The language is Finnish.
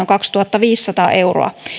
kaksituhattaviisisataa euroa